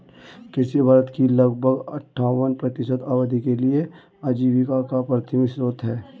कृषि भारत की लगभग अट्ठावन प्रतिशत आबादी के लिए आजीविका का प्राथमिक स्रोत है